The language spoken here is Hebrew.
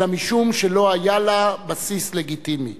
אלא משום שלא היה לה בסיס לגיטימי.